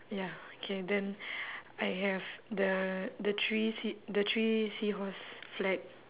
ya okay then I have the the three sea the three seahorse flag